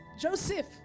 Joseph